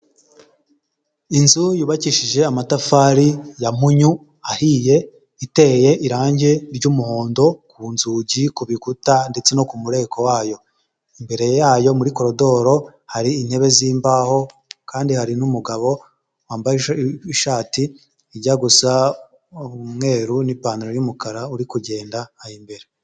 Inzu yubakishije amatafari ya munyu ahiye iteye irange ry'umuhondo ku nzugi, ku bikuta ndetse no ku mureko wayo, imbere yayo muri koridoro hari intebe z'imbaho kandi hari n'umugabo wambaye ishati ijya gusa umweru n'ipantaro y'umukara uri kugenda aho imbere.